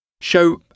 show